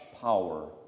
power